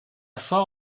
foire